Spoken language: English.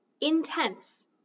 intense